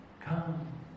come